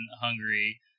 Hungary